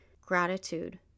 gratitude